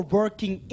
working